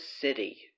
city